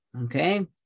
okay